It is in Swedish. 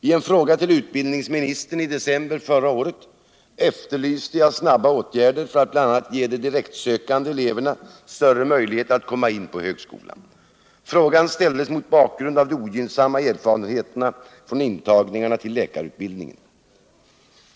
I en fråga till utbildningsministern i december förra året efterlyste jag snabba åtgärder för att bl.a. ge direktsökande elever större möjligheter aut komma in på högskolan. Frågan ställdes mot bakgrund av de ogynnsamma erfarenheterna från intagningarna till läkarutbildningen.